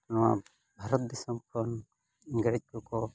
ᱱᱚᱣᱟ ᱵᱷᱟᱨᱚᱛ ᱫᱤᱥᱚᱢ ᱠᱷᱚᱱ ᱤᱝᱨᱮᱡᱽ ᱠᱚᱠᱚ